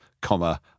comma